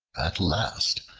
at last,